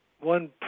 one